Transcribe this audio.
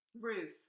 Ruth